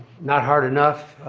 not hard enough.